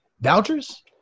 vouchers